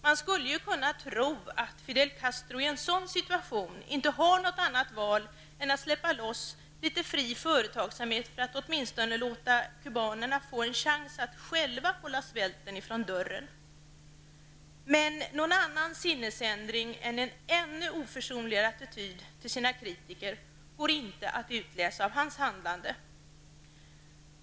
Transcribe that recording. Man skulle kunna tro att Fidel Castro i en sådan situation inte har något annat val än att släppa loss litet fri företagsamhet för att åtminstone ge kubanerna en chans att själva hålla svälten från dörren. Men någon annan sinnesändring än en ännu oförsonligare attityd till sina kritiker går inte att utläsa av hans handlande.